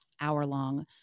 hour-long